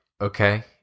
okay